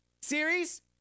Series